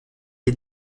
les